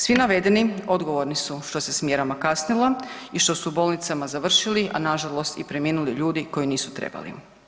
Svi navedeni odgovorni su što se s mjerama kasnilo i što su u bolnicama završili, a nažalost i preminuli ljudi koji nisu trebali.